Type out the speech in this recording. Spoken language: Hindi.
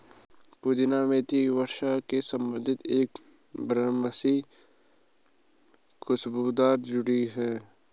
पुदीना मेंथा वंश से संबंधित एक बारहमासी खुशबूदार जड़ी है